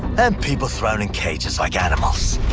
and people thrown in cages like animals.